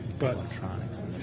Electronics